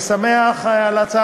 אתה, לתמוך ב"תג מחיר"